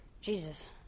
Jesus